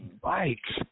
Bikes